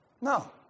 No